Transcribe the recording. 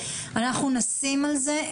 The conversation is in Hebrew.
אנחנו נשים על זה,